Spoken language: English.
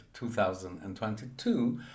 2022